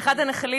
אחד הנחלים